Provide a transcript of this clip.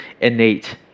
innate